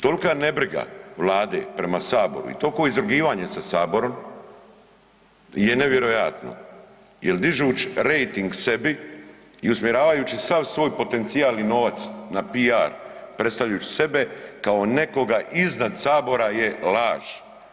Tolka nebriga vlade prema saboru i tolko izrugivanje sa saborom je nevjerojatno jel dižuć rejting sebi i usmjeravajući sav svoj potencijal i novac na piar predstavljajući sebe kao nekoga iznad sabora je laž.